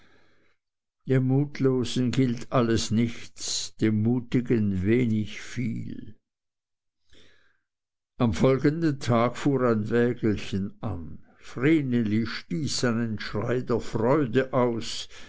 dem mutlosen gilt alles nichts dem mutigen wenig viel am folgenden tag fuhr ein wägelchen an vreneli stieß einen schrei der freude aus